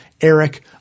Eric